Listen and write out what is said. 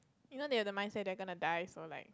you know they have the mindset they are gonna die so like